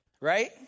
Right